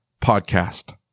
podcast